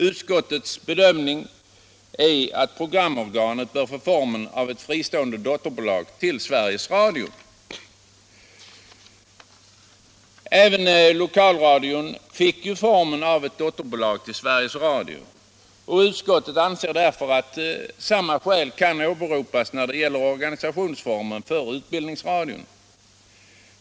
Utskottets bedömning är att programorganet bör få formen av ett fristående dotterbolag till Sveriges Radio. Även lokalradion fick formen av ett dot = Nr 41 terbolag till Sveriges Radio, och utskottet anser att samma skäl beträf Onsdagen den fande organisationsformen kan åberopas för utbildningsradion.